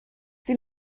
sie